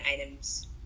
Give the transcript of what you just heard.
items